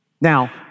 Now